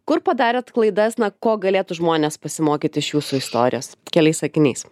kur padarėt klaidas na ko galėtų žmonės pasimokyti iš jūsų istorijos keliais sakiniais